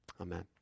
Amen